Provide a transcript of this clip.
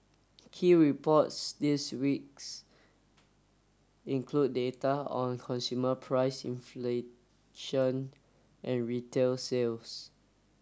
key reports this weeks include data on consumer price inflation and retail sales